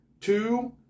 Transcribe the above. two